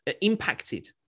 impacted